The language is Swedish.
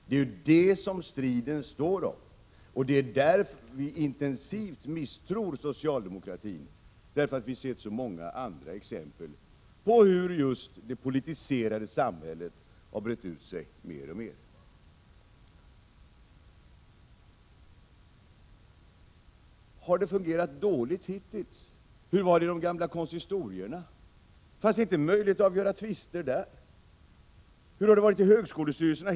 Det är om det som striden står, och det är därför moderaterna intensivt misstror socialdemokratin — vi har sett så många andra exempel på hur just det politiserade samhället har brett ut sig mer och mer. Har det fungerat dåligt hittills? Hur var det i de gamla konsistorierna? Fanns det inte möjlighet att avgöra tvister där? Hur har det hittills varit i högskolestyrelserna?